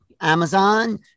Amazon